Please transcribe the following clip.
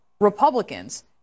Republicans